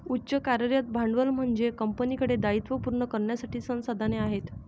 उच्च कार्यरत भांडवल म्हणजे कंपनीकडे दायित्वे पूर्ण करण्यासाठी संसाधने आहेत